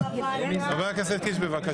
חבר הכנסת קיש, בבקשה.